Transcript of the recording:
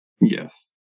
Yes